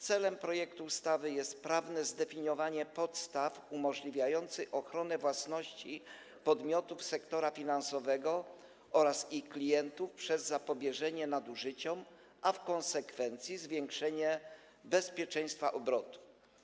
Celem projektu ustawy jest prawne zdefiniowanie podstaw umożliwiających ochronę własności podmiotów sektora finansowego oraz ich klientów przez zapobieżenie nadużyciom, a w konsekwencji zwiększenie bezpieczeństwa obrotu.